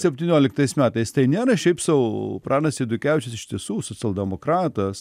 septynioliktais metais tai nėra šiaip sau pranas eidukevičius iš tiesų socialdemokratas